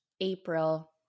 April